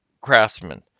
craftsmen